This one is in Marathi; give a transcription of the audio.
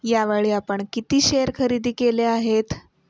यावेळी आपण किती शेअर खरेदी केले आहेत?